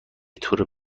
تور